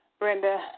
Brenda